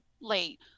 late